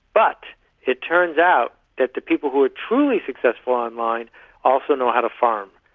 but it turns out that the people who are truly successful online also know how to farm.